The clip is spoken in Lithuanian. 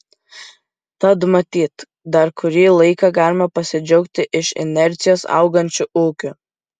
tad matyt dar kurį laiką galime pasidžiaugti iš inercijos augančiu ūkiu